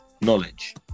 knowledge